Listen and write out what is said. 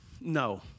No